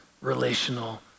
relational